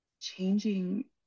changing